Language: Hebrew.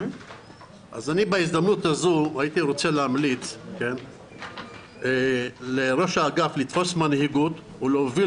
אני בהזדמנות הזו הייתי רוצה להמליץ לראש האגף לתפוס מנהיגות ולהוביל